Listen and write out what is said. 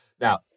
Now